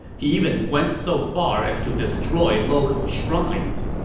he even went so far as to destroy local shrines.